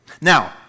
Now